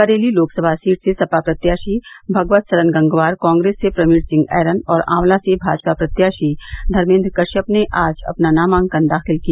Bareilly Lok Sabha seat से सपा प्रत्याशी भगवत सरन गंगवार कांग्रेस से प्रवीण सिंह ऐरन और आंवला से भाजपा प्रत्याशी धर्मेन्द्र कश्यप ने आज अपना नामांकन दाखिल किया